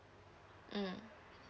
mm